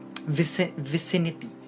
vicinity